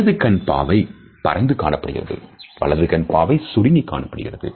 இடது கண் பாவை பரந்து காணப்படுகிறது வலது கண் பாவை சுருங்கி காணப்படுகிறது